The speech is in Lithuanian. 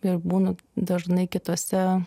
ir būnu dažnai kitose